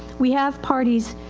we have parties,